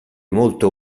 molto